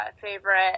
favorite